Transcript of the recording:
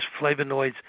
flavonoids